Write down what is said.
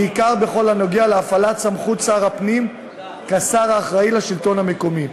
בעיקר בכל הנוגע להפעלת סמכות שר הפנים כשר האחראי לשלטון המקומי.